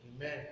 Amen